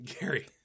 Gary